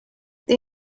they